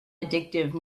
addictive